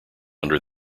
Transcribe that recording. under